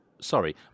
Sorry